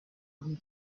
wooden